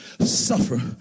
suffer